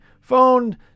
phone